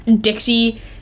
Dixie